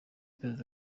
perezida